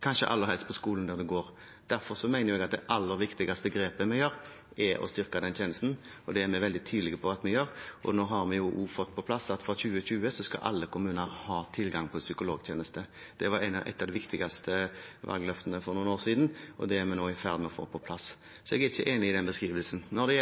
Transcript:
kanskje aller helst på skolen der man går. Derfor mener jeg at det aller viktigste grepet vi gjør, er å styrke den tjenesten, og det er vi veldig tydelige på at vi gjør. Nå har vi også fått på plass at fra 2020 skal alle kommuner ha tilgang på psykologtjeneste. Det var et av de viktigste valgløftene for noen år siden, og det er vi nå i ferd med å få på plass. Så jeg er ikke enig i den beskrivelsen. Når